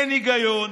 אין היגיון,